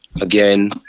Again